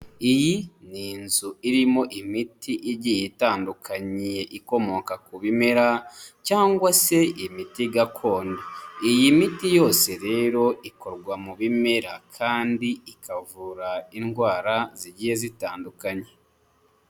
Iyi ni inzu irimo imiti igiye itandukanyiye ikomoka ku bimera, cyangwa se imiti gakondo, iyi miti yose rero ikorwa mu bimera kandi ikavura indwara zigiye zitandukanye.